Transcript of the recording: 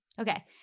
Okay